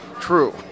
True